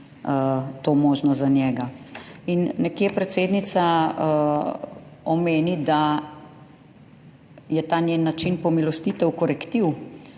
to možno za njega. In nekje predsednica omeni, da je ta njen način pomilostitev korektiv,